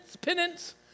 penance